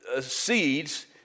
seeds